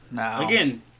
again